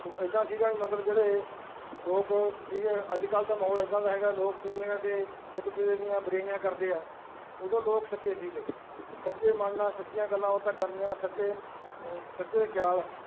ਤੋ ਇੱਦਾਂ ਸੀਗਾ ਵੀ ਮਤਲਬ ਜਿਹੜੇ ਲੋਕ ਸੀਗੇ ਅੱਜ ਕੱਲ੍ਹ ਦਾ ਮਾਹੌਲ ਇੱਦਾਂ ਦਾ ਹੈਗਾ ਲੋਕ ਚੁਗਲੀਆਂ ਅਤੇ ਇੱਕ ਦੂਜੇ ਦੀਆਂ ਬੁਰਿਆਈਆਂ ਕਰਦੇ ਆ ਉਦੋਂ ਲੋਕ ਸੱਚੇ ਸੀਗੇ ਸੱਚੇ ਮਨ ਨਾਲ ਸੱਚੀਆਂ ਗੱਲਾਂ ਉਹ ਤਾਂ ਕਰਨੀਆਂ ਸੱਚੇ ਸੱਚੇ ਖਿਆਲ